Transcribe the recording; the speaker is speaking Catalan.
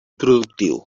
productiu